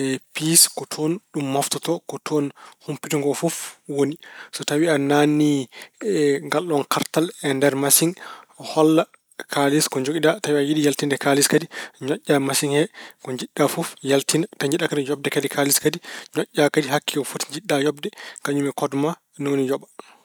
E piis ko toon ɗum mooftoto, ko toon humpito ngo fof woni. So tawi a naatni ngalɗon kartal e nder masiŋ holla kaalis ko njogiɗa. Tawi a yiɗi yaltinde kaalis kadi ñoƴƴa e masiŋ ko njiɗɗa fof yaltina. Tawi njiɗɗa kadi ko yoɓde kaalis kadi ñoƴƴa hakke ko foti njiɗɗa yoɓde kañum e kod ma ɗum woni yoɓa.